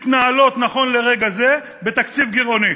מתנהלות נכון לרגע זה בתקציב גירעוני.